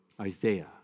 Isaiah